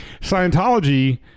Scientology